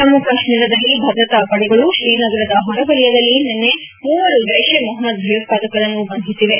ಜಮ್ನು ಕಾಶ್ನೀರದಲ್ಲಿ ಭದ್ರತಾ ಪಡೆಗಳು ತ್ರೀನಗರದ ಹೊರ ವಲಯದಲ್ಲಿ ನಿನ್ನೆ ಮೂವರು ಜೈಪ್ ಎ ಮೊಹಮ್ನದ್ ಭಯೋತ್ಪಾದಕರನ್ನು ಬಂಧಿಸಿವೆ